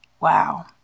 Wow